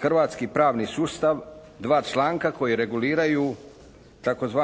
hrvatski pravni sustav dva članka koji reguliraju tzv.